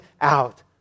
out